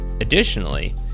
Additionally